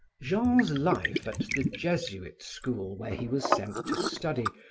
jean's life at the jesuit school, where he was sent to study,